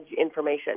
information